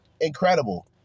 Incredible